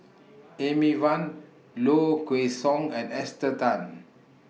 Amy Van Low Kway Song and Esther Tan